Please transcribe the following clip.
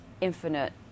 infinite